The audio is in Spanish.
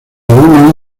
algunos